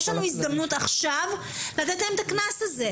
יש לנו הזדמנות עכשיו לתת להם את הקנס הזה.